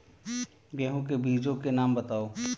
गेहूँ के बीजों के नाम बताओ?